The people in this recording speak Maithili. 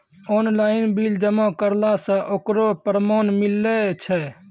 ऑनलाइन बिल जमा करला से ओकरौ परमान मिलै छै?